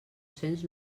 cents